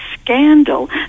scandal